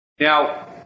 now